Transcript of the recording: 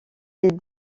des